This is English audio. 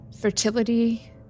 fertility